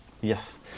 Yes